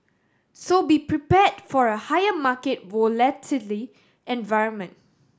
so be prepared for a higher market volatility environment